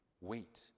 wait